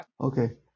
okay